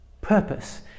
purpose